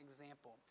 example